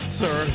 sir